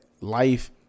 life